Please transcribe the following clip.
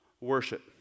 worship